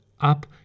up